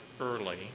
early